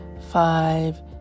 five